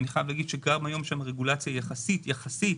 אני חייב להגיד שגם היום יש שם רגולציה יחסית מקלה,